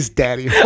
daddy